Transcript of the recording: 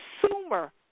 consumer